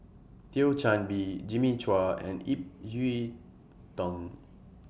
Thio Chan Bee Jimmy Chua and Ip Yiu Tung